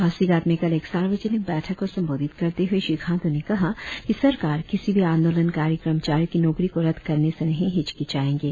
पासीघाट में कल एक सार्वजनिक बैठक को संबोधित करते हुए श्री खाण्ड्र ने कहा कि सरकार किसी भी आंदोलनकारी कर्मचारियों की नौकरी को रद्द करने से नहीं हिचकिचाएंगे